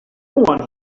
one